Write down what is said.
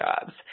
jobs